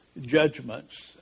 judgments